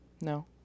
No